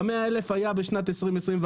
ה-100,000 היה בשנת 2021,